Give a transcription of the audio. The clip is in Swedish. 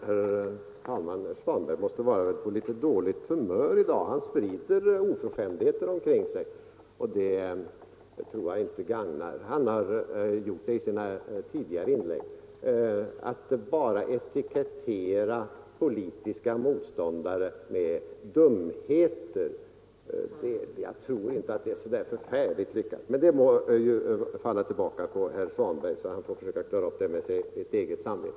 Herr talman! Herr Svanberg måste vara på litet dåligt humör i dag. Han sprider oförskämdheter omkring sig i sina inlägg, och det tror jag inte gagnar. Att bara etikettera vad politiska motståndare säger som dumheter tror jag inte är så lyckat, men det må falla tillbaka på herr Svanberg. Han får försöka klara upp det här med sitt eget samvete.